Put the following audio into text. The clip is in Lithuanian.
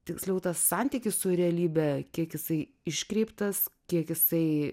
tiksliau tas santykis su realybe kiek jisai iškreiptas kiek jisai